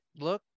look